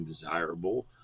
desirable